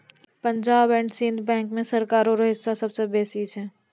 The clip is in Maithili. पंजाब एंड सिंध बैंक मे सरकारो रो हिस्सा सबसे बेसी छै